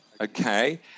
okay